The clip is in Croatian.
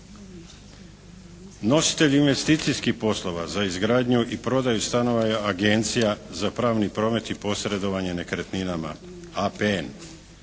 Nositelji investicijskih poslova za izgradnju i prodaju stanova agencija za pravni promet i posredovanje nekretninama APN.